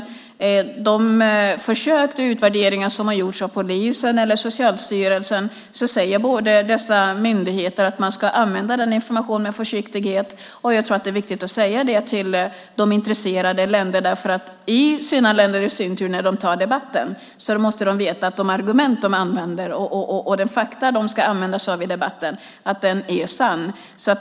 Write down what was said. I de försök till utvärdering som har gjorts av polisen eller Socialstyrelsen säger man att man ska använda informationen med försiktighet. Jag tror att det är viktigt att säga det till de intresserade länderna. När de tar debatten i sina länder måste de veta att de argument och fakta som de använder sig av är sanna.